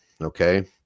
okay